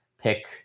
pick